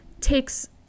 takes